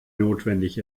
notwendig